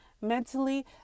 mentally